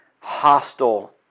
hostile